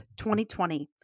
2020